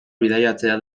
bidaiatzea